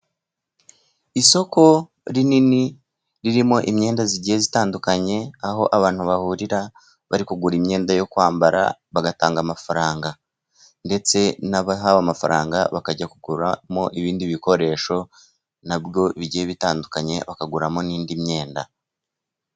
Isoko rinini ririmo imyenda igiye zitandukanye, aho abantu bahurira bari kugura imyenda yo kwambara bagatanga amafaranga. Ndetse n'abahawe amafaranga bakajya kuguramo ibindi bikoresho nabwo bigiye bitandukany,e bakaguramo n'indi myenda.